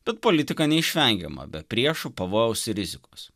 bet politika neišvengiama be priešų pavojaus ir rizikos